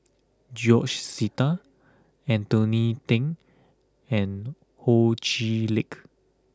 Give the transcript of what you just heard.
George Sita Anthony Then and Ho Chee Lick